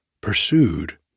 pursued